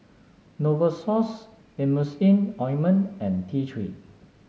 Novosource Emulsying Ointment and T Three